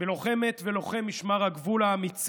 וגאים בהם,